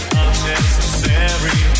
unnecessary